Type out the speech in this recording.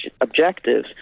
objectives